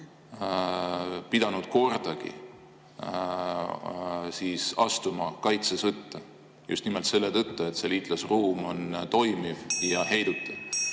pidanud kordagi astuma kaitsesõtta. Seda just nimelt selle tõttu, et see liitlasruum on toimiv ja heidutav.